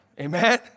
Amen